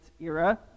era